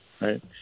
right